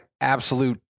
absolute